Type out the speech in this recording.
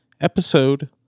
episode